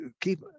keep